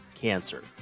cancer